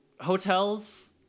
Hotels